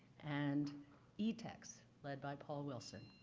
and etext led by paul wilson.